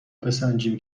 بسنجیم